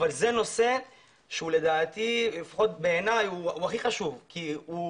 עם זאת, בעיניי, הנושא הזה הוא הכי חשוב כי הוא